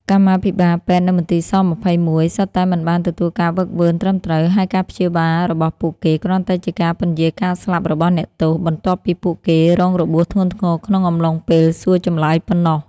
កម្មាភិបាលពេទ្យនៅមន្ទីរស-២១ សុទ្ធតែមិនបានទទួលការហ្វឹកហ្វឺនត្រឹមត្រូវ ហើយការព្យាបាលរបស់ពួកគេគ្រាន់តែជាការពន្យារការស្លាប់របស់អ្នកទោស បន្ទាប់ពីពួកគេរងរបួសធ្ងន់ធ្ងរក្នុងអំឡុងពេលសួរចម្លើយប៉ុណ្ណោះ។